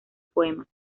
poemas